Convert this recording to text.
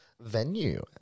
venue